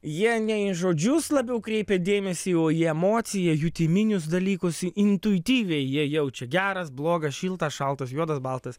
jie ne į žodžius labiau kreipia dėmesį o į emociją jutiminius dalykus intuityviai jie jaučia geras blogas šiltas šaltas juodas baltas